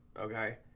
okay